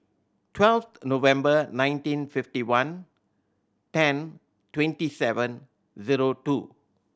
twelve November nineteen fifty one ten twenty seven zero two